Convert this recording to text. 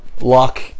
luck